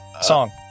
song